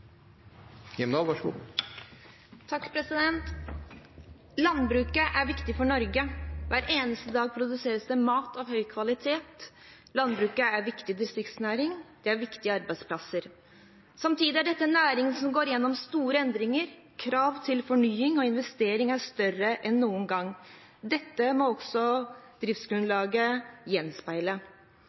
viktig distriktsnæring, det er viktige arbeidsplasser. Samtidig er dette en næring som går igjennom store endringer. Kravene til fornying og investering er større enn noen gang. Dette må også driftsgrunnlaget gjenspeile.